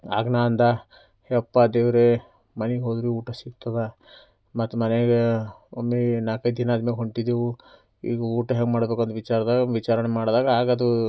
ಆಗ ನಾ ಅಂದೆ ಅಪ್ಪಾ ದೇವರೇ ಮನೆಗೆ ಹೋದರೆ ಊಟ ಸಿಗ್ತದೆ ಮತ್ತೆ ಮನೆಯಾಗ ಒಮ್ಮೆ ನಾಲ್ಕೈದು ದಿನ ಆದ ಮ್ಯಾಲ ಹೊಂಟಿದೆವು ಈಗ ಊಟ ಹೆಂಗ ಅಂತ ವಿಚಾರ್ದಾಗ ವಿಚಾರಣೆ ಮಾಡ್ದಾಗ ಆಗದು